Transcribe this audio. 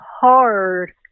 hard